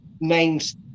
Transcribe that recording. names